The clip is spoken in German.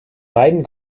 beiden